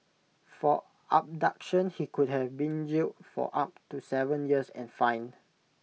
for abduction he could have been jailed for up to Seven years and fined